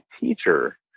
teacher